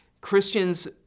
Christians